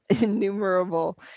innumerable